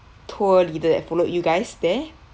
tour leader that followed you guys there